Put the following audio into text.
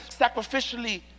sacrificially